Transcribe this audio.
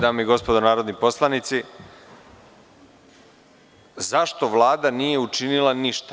Dame i gospodo narodni poslanici, zašto Vlada nije učinila ništa?